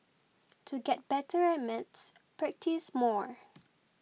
to get better at maths practise more